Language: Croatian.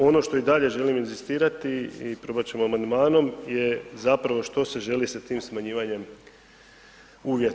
Ono što i dalje želim inzistirati i probat ćemo amandmanom je zapravo što se želi sa tim smanjivanjem uvjeta.